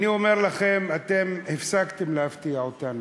אני אומר לכם, אתם הפסקתם להפתיע אותנו.